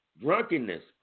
drunkenness